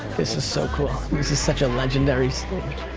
this is so cool, this is such a legendary stadium.